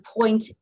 point